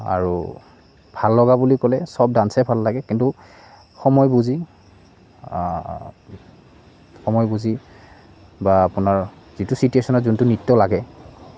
আৰু ভাললগা বুলি ক'লে চব ডান্সেই ভাল লাগে কিন্তু সময় বুজি সময় বুজি বা আপোনাৰ যিটো ছিটুৱেশ্যনত যোনটো নৃত্য লাগে